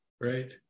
Right